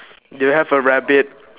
do you have a rabbit